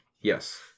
Yes